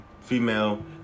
female